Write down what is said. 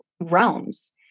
realms